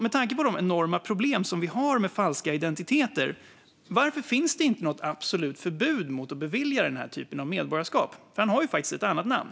Med tanke på det problem vi har med falska identiteter, varför finns det inte något absolut förbud mot att bevilja den här typen av medborgarskap? Han har faktiskt ett annat namn.